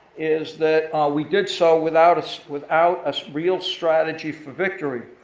is that we did so without so without a real strategy for victory,